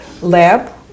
lab